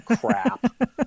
Crap